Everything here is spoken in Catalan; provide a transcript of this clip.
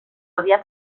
aviat